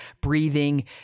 breathing